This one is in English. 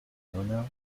monona